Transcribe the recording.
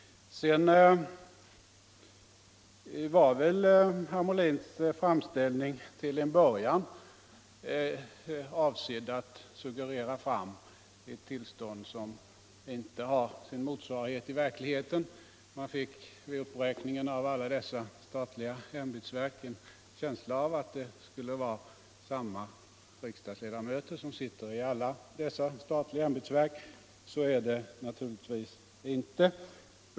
Herr Molins framställning var väl till en början avsedd att suggerera fram ett tillstånd, som inte har sin motsvarighet i verkligheten. Man fick vid uppräkningen av statliga ämbetsverk en känsla av att samma riksdagsledamöter skulle sitta i alla ämbetsverken. Så är naturligtvis inte fallet.